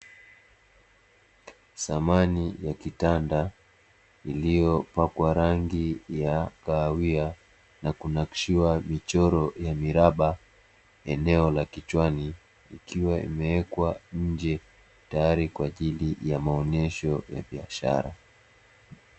Samani ya kitanda iliyopakwa rangi ya kahawia na kunakshiwa michoro ya miraba eneo la kichwani, ikiwa imewekwa nje tayari kwa ajili ya maonesho ya biashara.